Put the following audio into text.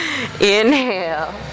inhale